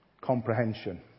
comprehension